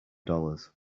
dollars